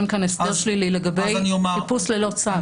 כאן הסדר שלילי לגבי חיפוש ללא צו?